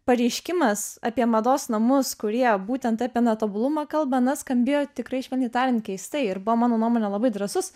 pareiškimas apie mados namus kurie būtent apie netobulumą kalba na skambėjo tikrai švelniai tarian keistai ir buvo mano nuomone labai drąsus